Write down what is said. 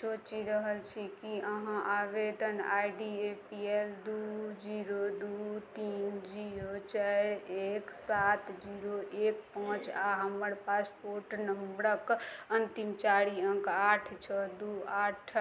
सोचि रहल छी की अहाँ आवेदन I D A P L दू जीरो दू तीन जीरो चारि एक सात जीरो एक पाँच आ हमर पासपोर्ट नंबरक अंतिम चारि अङ्क आठ छओ दू आठ